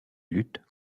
lutte